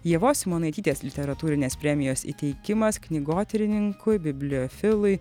ievos simonaitytės literatūrinės premijos įteikimas knygotyrininkui bibliofilui